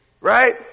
right